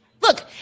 look